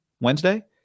Wednesday